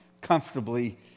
comfortably